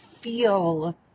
feel